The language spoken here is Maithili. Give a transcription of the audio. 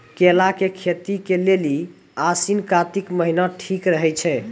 केला के खेती के लेली आसिन कातिक महीना ठीक रहै छै